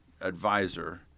advisor